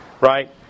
right